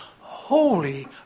holy